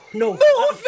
no